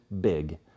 Big